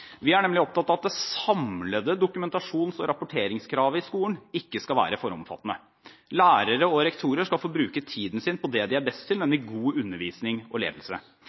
vi har også tenkt å gjøre mer. Vi er nemlig opptatt av at det samlede dokumentasjons- og rapporteringskravet i skolen ikke skal være for omfattende. Lærere og rektorer skal få bruke tiden sin på det de er best til, nemlig god undervisning og ledelse.